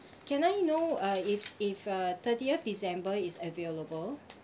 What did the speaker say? can I know uh if if uh thirtieth december is available